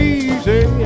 easy